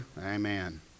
amen